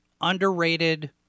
underrated